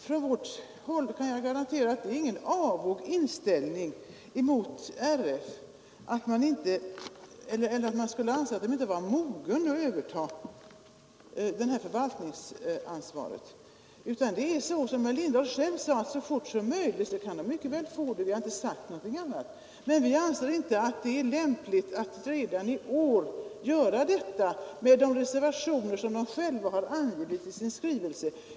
Från vårt håll kan jag garantera att det inte finns någon avog inställning mot RF eller att vi inte skulle anse förbundet moget att överta förvaltningsansvaret. Som herr Lindahl själv sade, kan Riksidrottsförbundet mycket väl få ta ansvaret. Jag har inte sagt någonting annat, men vi anser inte att det är lämpligt att redan i år göra detta inte minst med de reservationer som RF har avgivit i sin skrivelse.